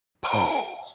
po